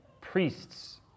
priests